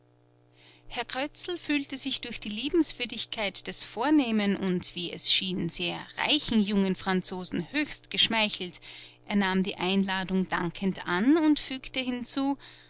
herr krötzl fühlte sich durch die liebenswürdigkeit des vornehmen und wie es schien sehr reichen jungen franzosen höchst geschmeichelt er nahm die einladung dankend an und fügte hinzu